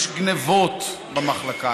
יש גנבות במחלקה,